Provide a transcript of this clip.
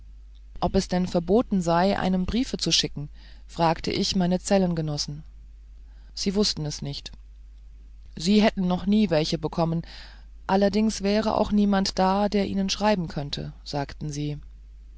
ob es denn verboten sei einem briefe zu schicken fragte ich meine zellengenossen sie wußten es nicht sie hätten noch nie welche bekommen allerdings wäre auch niemand da der ihnen schreiben könnte sagten sie